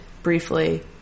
Briefly